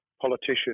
politician